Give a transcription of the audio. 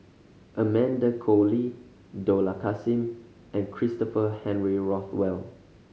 Amanda Koe Lee Dollah Kassim and Christopher Henry Rothwell